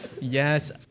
Yes